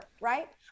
Right